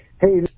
Hey